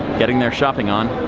getting their shopping on.